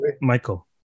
Michael